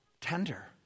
tender